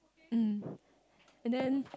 mm and then